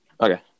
Okay